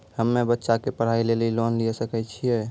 हम्मे बच्चा के पढ़ाई लेली लोन लिये सकय छियै?